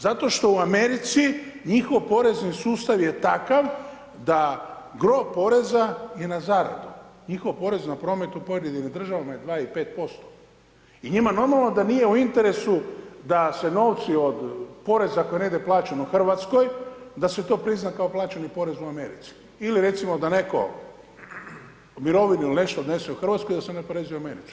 Zato što u Americi njihov porezni sustav je takav da gro poreza je na zaradu, njihov porez na promet u pojedinim državama je 2 i 5% i njima normalno da nije u interesu da se novci od poreza koji je negdje plaćen u Hrvatskoj da se to prizna kao plaćeni porez u Americi ili recimo da neko mirovinu ili nešto odnese u Hrvatsku i da se ne oporezuje u Americi.